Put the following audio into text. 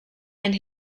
and